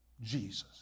Jesus